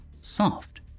soft